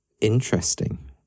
interesting